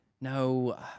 No